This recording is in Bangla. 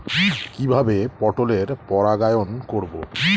কিভাবে পটলের পরাগায়ন করব?